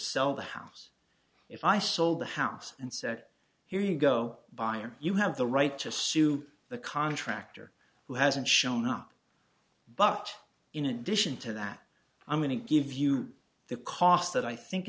sell the house if i sold the house and said here you go buyer you have the right to sue the contractor who hasn't shown up but in addition to that i'm going to give you the cost that i think